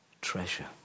treasure